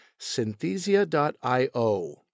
Synthesia.io